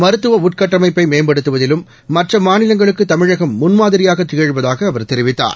மருத்துவ உள்கட்டமைபை மேம்படுத்துவதிலும் மற்ற மாநிலங்களுக்கு தமிழகம் முன்மாதிரியாக திகழ்வதாக அவர் தெரிவித்தார்